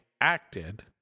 acted